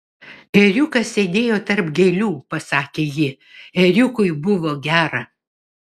ėriukas sėdėjo tarp gėlių pasakė ji ėriukui buvo gera